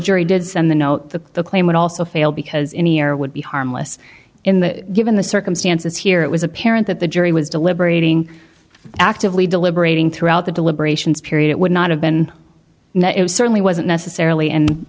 jury did send the note that the claim would also fail because any error would be harmless in the given the circumstances here it was apparent that the jury was deliberating actively deliberating throughout the deliberations period it would not have been certainly wasn't